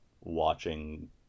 watching